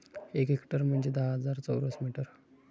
एक हेक्टर म्हणजे दहा हजार चौरस मीटर